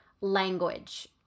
language